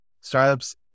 Startups